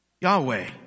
Yahweh